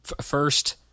first